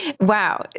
Wow